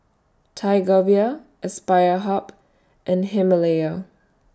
Tiger Beer Aspire Hub and Himalaya